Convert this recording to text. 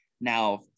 Now